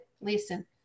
Listen